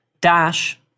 dash